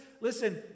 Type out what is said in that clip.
Listen